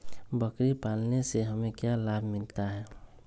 बकरी पालने से हमें क्या लाभ मिलता है?